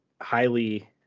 highly